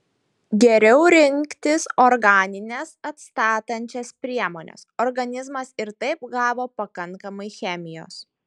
geriau rinktis organines atstatančias priemones organizmas ir taip gavo pakankamai chemijos